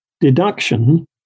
deduction